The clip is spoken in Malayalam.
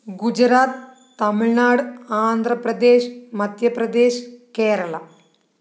ഗുജറാത്ത് തമിഴ്നാട് ആന്ധ്രാപ്രദേശ് മധ്യപ്രദേശ് കേരള